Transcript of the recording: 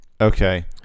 Okay